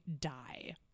die